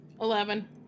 Eleven